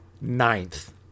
ninth